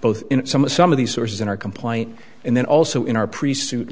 both in some of some of these sources in our complaint and then also in our priest suit